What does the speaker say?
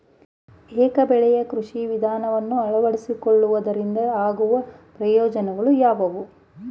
ಏಕ ಬೆಳೆಯ ಕೃಷಿ ವಿಧಾನವನ್ನು ಅಳವಡಿಸಿಕೊಳ್ಳುವುದರಿಂದ ಆಗುವ ಪ್ರಯೋಜನಗಳು ಯಾವುವು?